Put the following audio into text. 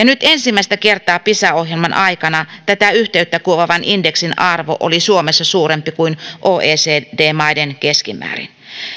nyt ensimmäistä kertaa pisa ohjelman aikana tätä yhteyttä kuvaavan indeksin arvo oli suomessa suurempi kuin oecd maiden keskimäärin tämä